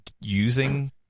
using